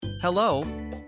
Hello